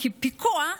כפיקוח,